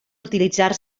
utilitzar